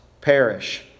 perish